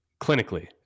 clinically